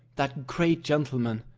that great gentleman,